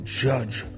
judge